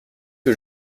que